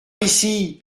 ici